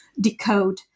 decode